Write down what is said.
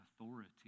authority